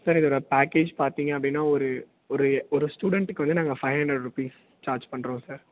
sir இதோட package பார்த்திங்க அப்படின்னா ஒரு ஒரு ஒரு ஸ்டூடண்ட்டுக்கு வந்து நாங்கள் ஃபைவ் ஹண்ட்ரட் ரூபீஸ் சார்ஜ் பண்ணுறோம் சார்